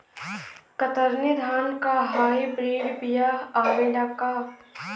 कतरनी धान क hybrid बिया आवेला का?